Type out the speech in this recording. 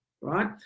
right